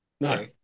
No